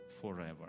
forever